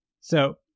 So-